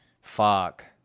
Fuck